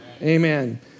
Amen